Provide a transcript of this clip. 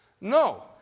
No